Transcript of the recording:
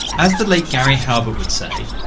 as the late gary halbert would say,